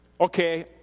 okay